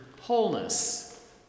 wholeness